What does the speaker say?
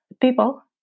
people